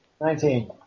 Nineteen